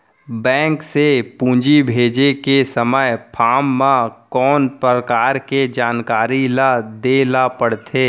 Bank से पूंजी भेजे के समय फॉर्म म कौन परकार के जानकारी ल दे ला पड़थे?